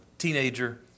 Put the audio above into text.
teenager